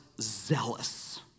zealous